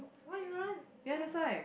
why they run oh-my-god